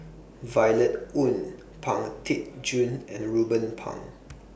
Violet Oon Pang Teck Joon and Ruben Pang